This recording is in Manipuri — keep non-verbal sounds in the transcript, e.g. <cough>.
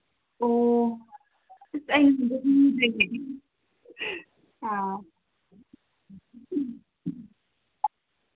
ꯑꯣ <unintelligible> ꯑꯥ